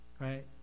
right